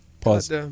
Pause